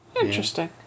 Interesting